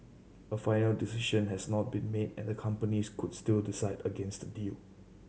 a final decision has not been made and the companies could still decide against a deal